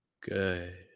Good